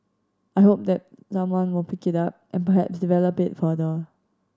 I hope that someone will pick it up and perhaps develop it further